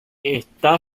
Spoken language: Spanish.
está